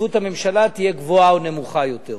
השתתפות הממשלה תהיה גבוהה או נמוכה יותר.